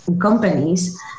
companies